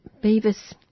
Beavis